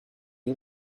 you